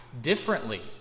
differently